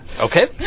Okay